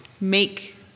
make